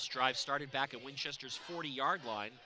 strive started back in winchesters forty yard line